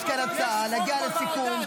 יש כאן הצעה להגיע לסיכום -- יש חוק בוועדה,